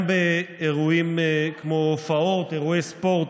גם באירועים כמו הופעות, אירועי ספורט,